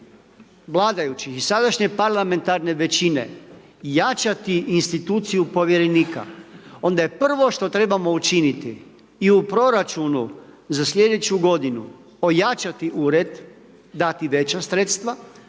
vladajućih i sadašnje parlamentarne većine jačati instituciju povjerenika, onda je prvo što trebamo učiniti i u proračunu za sljedeću g. ojačati ured, dati veća sredstva